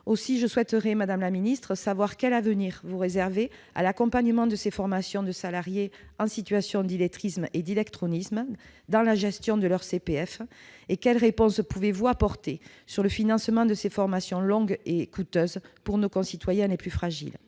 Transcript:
d'illettrisme. Madame la ministre, quel avenir réservez-vous à l'accompagnement des salariés en situation d'illettrisme et d'illectronisme dans la gestion de leur CPF et quelles réponses pouvez-vous apporter au problème du financement de ces formations longues et coûteuses pour nos concitoyens les plus fragiles ?